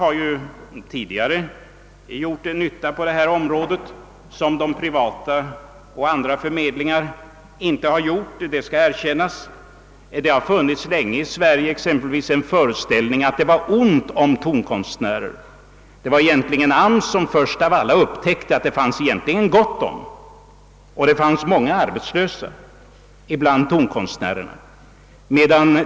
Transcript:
AMS har tidigare gjort en insats på detta område, som de privata förmedlingarna och andra förmedlingar inte har gjort — det skall jag erkänna. Det har länge här i landet rått den föreställningen att det var ont om tonkonstnärer, och det var AMS som först av alla upptäckte att det egentligen finns gott om dem och att många tonkonstnärer går arbetslösa.